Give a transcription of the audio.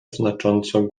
znacząco